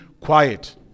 quiet